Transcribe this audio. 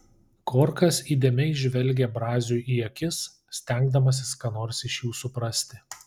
korkas įdėmiai žvelgė braziui į akis stengdamasis ką nors iš jų suprasti